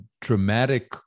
dramatic